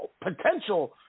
potential